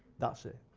that's it.